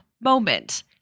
moment